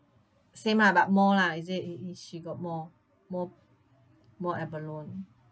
same ah but more lah is it it it she got more more more abalone